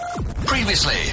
Previously